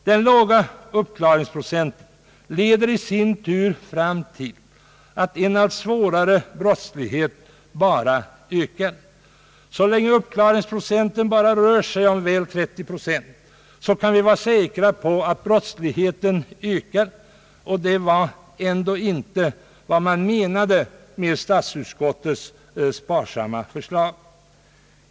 Den låga uppklaringsprocenten leder i sin tur fram till att en allt svårare brottslighet bara ökar. Så länge uppklaringsprocenten endast rör sig om drygt 30 procent, kan vi vara säkra på att brottsligheten ökar, och det var inte vad statsutskottet menade med sitt sparsamma förslag.